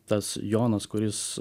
tas jonas kuris